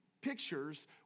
pictures